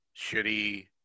shitty